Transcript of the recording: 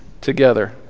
together